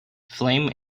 flame